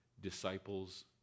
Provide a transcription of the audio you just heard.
disciples